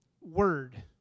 word